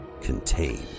Contain